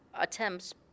attempts